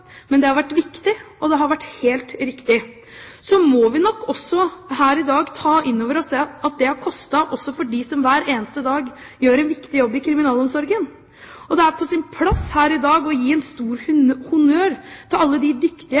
men det har vært viktig, og det har vært helt riktig. Så må vi nok også her i dag ta inn over oss at det har kostet også for alle dem som hver eneste dag gjør en viktig jobb i kriminalomsorgen. Det er på sin plass her i dag å gi en stor honnør til alle de dyktige,